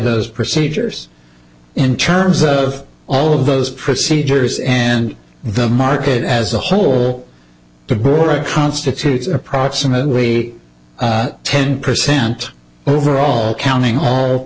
those procedures in terms of all of those procedures and the market as a whole the board constitutes approximately ten percent overall counting